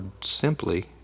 simply